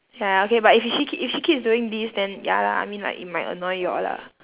ya okay but if she keeps if she keeps doing this then ya lah I mean like it might annoy y'all lah